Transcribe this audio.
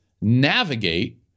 navigate